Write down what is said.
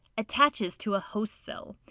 attaches to a host cell.